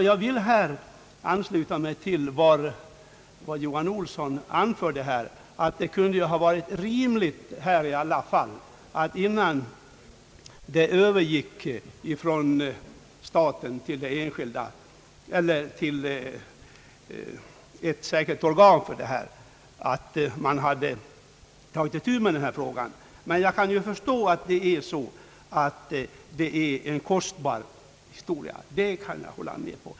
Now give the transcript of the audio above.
Jag vill ansluta mig till vad herr Johan Olsson anfört om rimligheten av att staten verkligen behandlat den aktuella frågan innan den hänsköts till ett särskilt organ. Jag kan förstå att det är en kostnadsfråga.